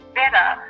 better